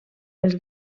els